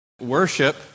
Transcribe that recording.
Worship